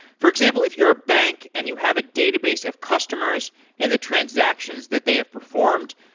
for example, if you're a bank and you have a database of customers and the transactions that they have performed,